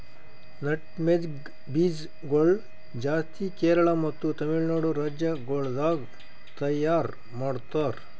nutmeg ಬೀಜ ಗೊಳ್ ಜಾಸ್ತಿ ಕೇರಳ ಮತ್ತ ತಮಿಳುನಾಡು ರಾಜ್ಯ ಗೊಳ್ದಾಗ್ ತೈಯಾರ್ ಮಾಡ್ತಾರ್